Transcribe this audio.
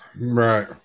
Right